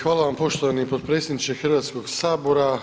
Hvala vam poštovani potpredsjedniče Hrvatskog sabora.